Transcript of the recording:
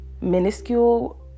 minuscule